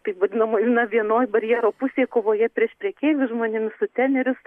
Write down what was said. taip vadinamoj vienoj barjero pusėj kovoje prieš prekeivius žmonėmis sutenerius